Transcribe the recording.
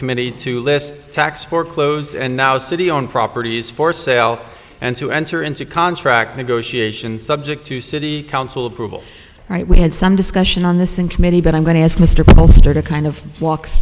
committee to list tax foreclosed and now city on properties for sale and to enter into contract negotiations subject to city council approval right we had some discussion on this in committee but i'm going to ask mr pollster to kind of walk